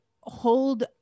hold